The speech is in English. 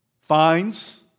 fines